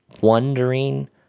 wondering